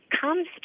comes